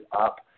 up